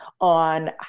on